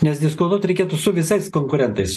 nes diskutuot reikėtų su visais konkurentais